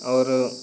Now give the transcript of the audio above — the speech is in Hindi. और